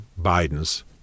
Biden's